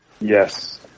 Yes